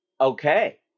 okay